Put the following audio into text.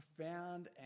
profound